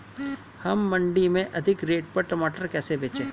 हम मंडी में अधिक रेट पर टमाटर कैसे बेचें?